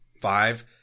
five